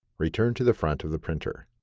return to the front of the printer.